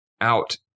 out